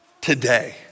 today